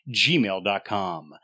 gmail.com